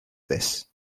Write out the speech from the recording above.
this